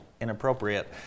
inappropriate